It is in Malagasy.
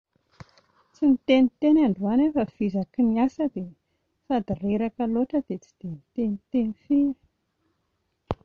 Tsy niteniteny androany aho fa vizaky ny asa dia, sady reraka loatra dia tsy dia niteniteny firy